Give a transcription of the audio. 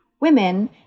women